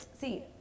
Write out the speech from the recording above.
see